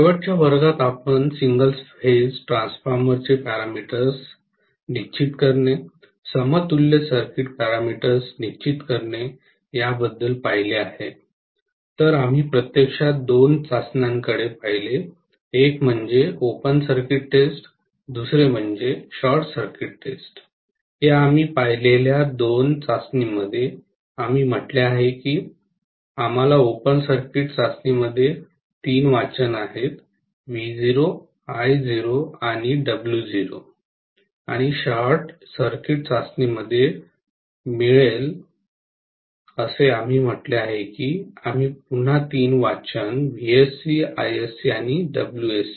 शेवटच्या वर्गात आपण सिंगल फेज ट्रान्सफॉर्मर चे पॅरामीटर निश्चित करणे समतुल्य सर्किट पॅरामीटर्स निश्चित करणे याबद्दल पाहिले आहे तर आम्ही प्रत्यक्षात दोन चाचण्यांकडे पाहिले एक म्हणजे ओपन सर्किट टेस्ट दुसरे शॉर्ट सर्किट टेस्ट या आम्ही पाहिलेल्या दोन चाचणी मध्ये आम्ही म्हटले आहे की आम्हाला ओपन सर्किट चाचणी मध्ये तीन वाचन V0 I0 आणि W0 आणि शॉर्ट सर्किट चाचणी मध्ये मिळेल असे आम्ही म्हटले आहे की आम्ही पुन्हा तीन वाचन VSC ISC आणि WSC